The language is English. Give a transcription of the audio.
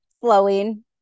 flowing